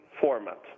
format